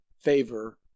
favor